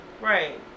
Right